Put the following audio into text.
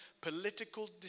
political